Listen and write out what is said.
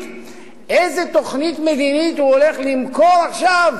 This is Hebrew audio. איזה תוכנית מדינית הוא הולך למכור עכשיו